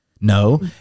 No